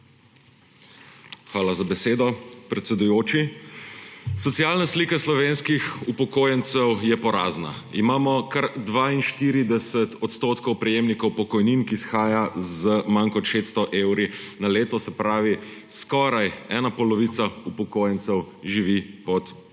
Hvala za besedo, predsedujoči. Socialna slika slovenskih upokojencev je porazna. Imamo kar 42 % prejemnikov pokojnin, ki shajajo z manj kot 600 evri na leto, se pravi, skoraj ena polovica upokojencev živi pod pragom